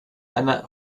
einer